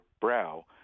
brow